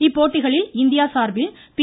இப்போட்டிகளில் இந்தியா சார்பில் பி